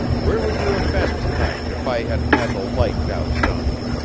where would you have been to-night if i hadn't had the light doused on ye?